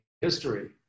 history